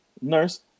nurse